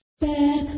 Back